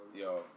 Yo